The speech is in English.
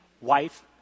wife